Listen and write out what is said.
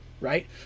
Right